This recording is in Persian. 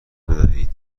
بدهید